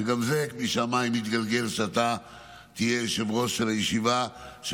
וגם זה משמיים התגלגל שאתה תהיה יושב-ראש הישיבה על